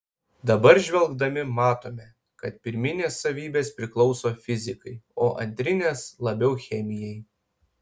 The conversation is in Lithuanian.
dabar žvelgdami matome kad pirminės savybės priklauso fizikai o antrinės labiau chemijai